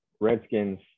Redskins